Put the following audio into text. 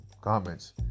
comments